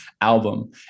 album